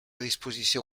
disposició